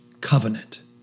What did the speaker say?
covenant